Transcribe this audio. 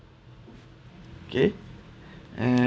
okay and